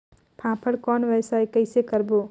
फाफण कौन व्यवसाय कइसे करबो?